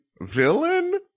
villain